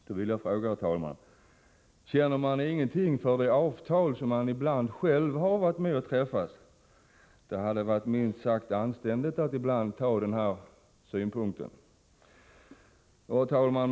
Jag skulle vilja fråga: Känner man ingenting för det avtal som man ibland själv har varit med om att ingå? Det hade varit minst sagt anständigt att ibland anlägga den synpunkten. Herr talman!